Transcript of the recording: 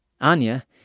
Anya